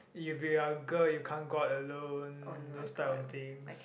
if you are a girl you can't go out alone those type of things